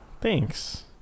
Thanks